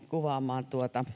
kuvaamaan